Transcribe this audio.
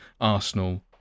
Arsenal